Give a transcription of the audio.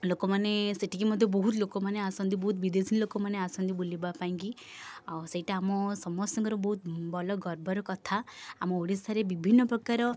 ଲୋକମାନେ ସେଠିକି ମଧ୍ୟ ବହୁତ ଲୋକମାନେ ଆସନ୍ତି ବହୁତ ବିଦେଶୀ ଲୋକମାନେ ଆସନ୍ତି ବୁଲିବା ପାଇଁକି ଆଉ ସେଇଟା ଆମ ସମସ୍ତଙ୍କର ବହୁତ ଭଲ ଗର୍ବର କଥା ଆମ ଓଡ଼ିଶାରେ ବିଭିନ୍ନ ପ୍ରକାର